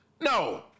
no